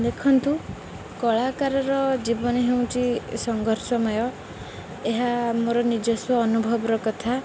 ଦେଖନ୍ତୁ କଳାକାରର ଜୀବନ ହେଉଛି ସଂଘର୍ଷମୟ ଏହା ମୋର ନିଜସ୍ୱ ଅନୁଭବର କଥା